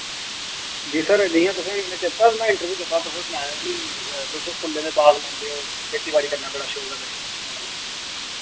जी sir जि'यां तुसें चेता में इंटरव्यू दित्ता तुसें सनाया कि तुस फुल्लें दे बाग लांदे ओ खेती बाड़ी करने दा बड़ा शौक ऐ तुसें गी